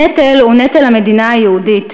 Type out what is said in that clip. הנטל הוא נטל המדינה היהודית,